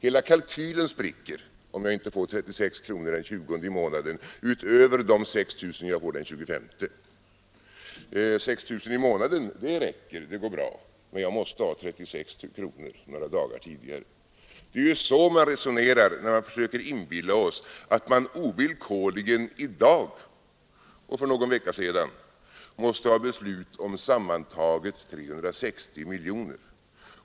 Hela kalkylen spricker om jag inte får 36 kronor den 20:e i månaden utöver de 6 000 kronor som jag får den 25:e. Det är ju så man resonerar när man försöker inbilla oss att man ovillkorligen i dag måste ha beslut om sammantaget 360 miljoner kronor.